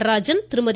Natarajan Thirumathi